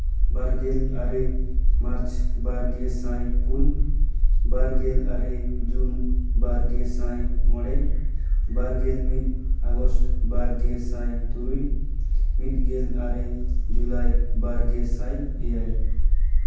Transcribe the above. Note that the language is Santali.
ᱵᱟᱨᱜᱮᱞ ᱟᱨᱮ ᱢᱟᱨᱪ ᱵᱟᱨ ᱜᱮᱥᱟᱭ ᱯᱩᱱ ᱵᱟᱨᱜᱮᱞ ᱟᱨᱮ ᱡᱩᱱ ᱵᱟᱨ ᱜᱮᱥᱟᱭ ᱢᱚᱬᱮ ᱵᱟᱨ ᱜᱮᱞ ᱢᱤᱫ ᱟᱜᱚᱥᱴ ᱵᱟᱨ ᱜᱮᱥᱟᱭ ᱛᱩᱨᱩᱭ ᱢᱤᱫ ᱜᱮᱞ ᱟᱨᱮ ᱡᱩᱞᱟᱭ ᱵᱟᱨ ᱜᱮᱥᱟᱭ ᱮᱭᱟᱭ